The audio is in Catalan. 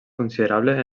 considerable